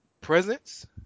presence